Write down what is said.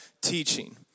teaching